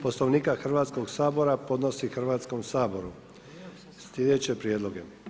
Poslovnika Hrvatskog sabora podnosi Hrvatskom saboru slijedeće prijedloge.